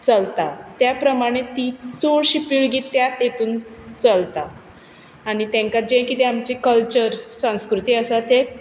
चलता त्या प्रमाणें ती चडशी पिळगी त्या हितून चलता आनी तेंकां जें कितें आमचें कल्चर संस्कृती आसा तें